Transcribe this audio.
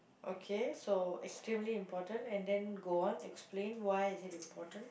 okay so extremely important and then go on explain why is it important